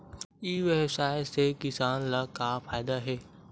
ई व्यवसाय से किसान ला का फ़ायदा हे?